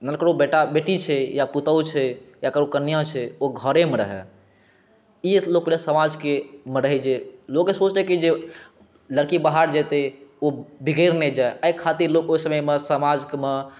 जेना ककरो बेटी छै या पुतोहु छै या ककरो कनिआँ छै ओ घरेमे रहए ई एतयके समाजमे रहै जे लोकके सोच रहै जे कि लड़की बाहर जेतै ओ बिगड़ि नहि जाए एहि खातिर लोक ओहि समयमे समाजमे